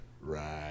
Right